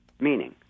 meaning